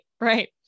right